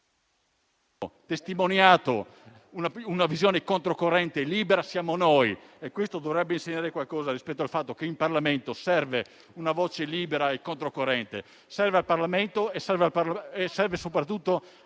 aver testimoniato una visione controcorrente e libera siamo noi. E questo dovrebbe insegnare qualcosa rispetto al fatto che in Parlamento serve una voce libera e controcorrente: serve al Parlamento e serve soprattutto